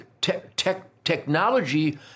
technology